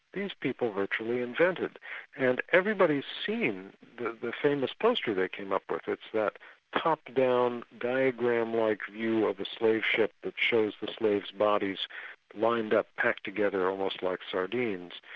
these people virtually invented and everybody's seen the the famous poster they came up with, it's that top-down diagram-like view of a slave ship that shows the slaves' bodies lined up, packed together almost like sardines,